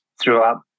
throughout